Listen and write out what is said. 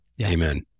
Amen